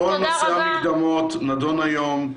כל נושא המקדמות נדון היום.